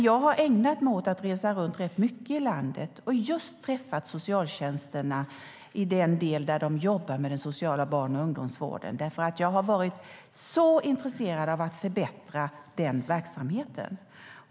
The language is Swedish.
Jag har ägnat mig åt att resa runt rätt mycket i landet och just träffat socialtjänsterna i den del där de jobbar med den sociala barn och ungdomsvården eftersom jag har varit så intresserad av att förbättra den verksamheten.